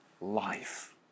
life